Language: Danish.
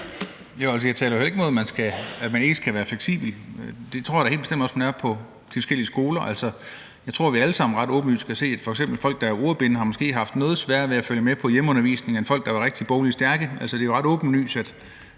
heller ikke imod, at man skal være fleksibel – det tror jeg da helt bestemt også man er på de forskellige skoler. Jeg tror, vi alle sammen ret tydeligt kan se, at f.eks. folk, der er ordblinde, måske har haft noget sværere ved at følge med i undervisningen end folk, der bogligt er rigtig stærke. Altså, det er jo ret åbenlyst, at